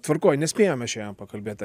tvarkoj nespėjome šiandien pakalbėt